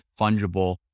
fungible